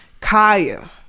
Kaya